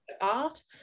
art